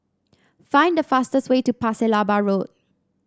find the fastest way to Pasir Laba Road